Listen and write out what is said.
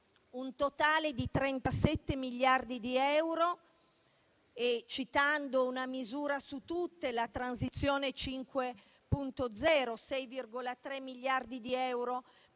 un totale di 37 miliardi di euro. Cito una misura su tutte: la Transizione 5.0 con 6,3 miliardi di euro per